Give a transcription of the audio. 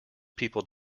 people